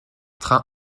train